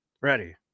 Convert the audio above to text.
Ready